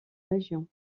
régions